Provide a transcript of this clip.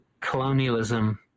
colonialism